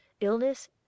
ILLNESS